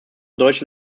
deutsche